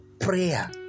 prayer